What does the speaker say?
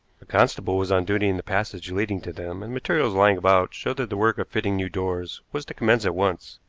a constable was on duty in the passage leading to them, and materials lying about showed that the work of fitting new doors was to commence at once.